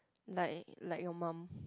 like like your mom